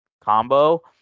combo